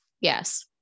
Yes